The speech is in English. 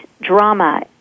drama